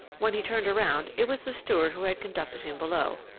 when he turned around, it was the steward who had conducted him below,